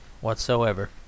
whatsoever